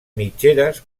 mitgeres